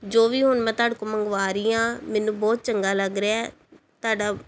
ਜੋ ਵੀ ਹੁਣ ਮੈਂ ਤੁਹਾਡੇ ਕੋਲੋਂ ਮੰਗਵਾ ਰਹੀ ਹਾਂ ਮੈਨੂੰ ਬਹੁਤ ਚੰਗਾ ਲੱਗ ਰਿਹਾ ਤੁਹਾਡਾ